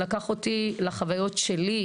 זה לקח אותי לחוויות שלי,